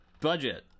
Budget